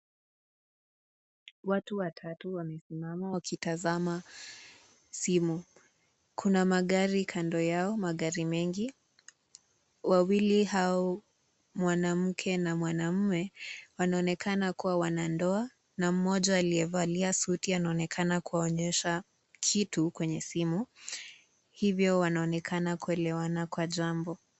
Watu watatu wamesimama wakitasama simu , Kuna magari kando yao magari mengi wawili hawa mwanamke na mwanamume wanaonekana kuwa wana ndoa na moja aliyevalia suti anaonekana kunyesha kitu kwenye simu hivyo wanaonekana kuelewana kwa jambo.